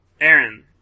Aaron